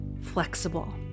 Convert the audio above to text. flexible